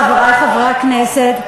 חברי חברי הכנסת,